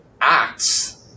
acts